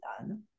done